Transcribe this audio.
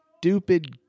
stupid